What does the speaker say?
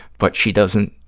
but she doesn't,